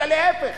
אלא להיפך.